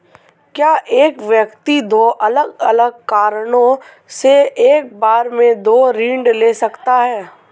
क्या एक व्यक्ति दो अलग अलग कारणों से एक बार में दो ऋण ले सकता है?